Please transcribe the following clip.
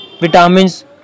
vitamins